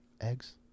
eggs